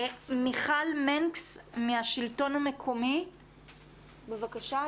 מיכל מנקס מהשלטון המקומי, בבקשה.